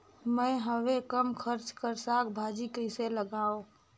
मैं हवे कम खर्च कर साग भाजी कइसे लगाव?